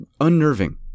unnerving